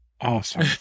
Awesome